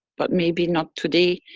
but maybe not today.